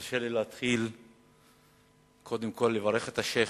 תרשה לי קודם כול לברך את השיח'ים,